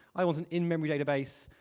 i want an in memory database,